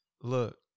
Look